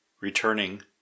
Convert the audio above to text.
returning